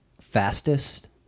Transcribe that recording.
fastest